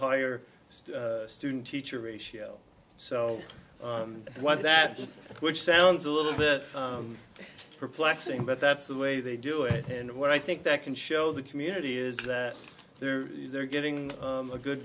higher student teacher ratio so what that does which sounds a little bit perplexing but that's the way they do it and what i think that can show the community is that they're they're getting a good